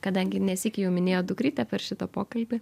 kadangi ne sykį jau minėjot dukrytę per šitą pokalbį